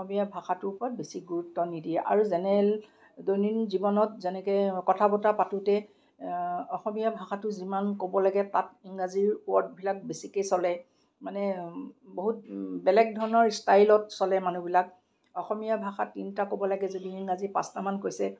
অসমীয়া ভাষাটোৰ ওপৰত বেছি গুৰুত্ব নিদিয়ে আৰু জেনেৰেল দৈনন্দিন জীৱনত যেনেকে কথা বতৰা পাতোতে অসমীয়া ভাষাটো যিমান ক'ব লাগে তাত ইংৰাজী ৱৰ্ডবিলাক বেছিকে চলে মানে বহুত বেলেগ ধৰণৰ ষ্টাইলত চলে মানুহবিলাক অসমীয়া ভাষা তিনিটা ক'ব লাগে যদি ইংৰাজী পাঁচটামান কৈছে